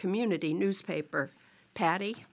community newspaper patty